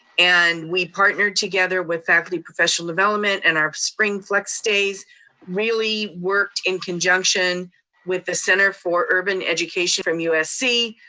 and we partnered together with faculty professional development in and our spring flux days really worked in conjunction with the center for urban education from usc.